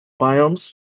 biomes